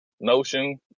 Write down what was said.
notion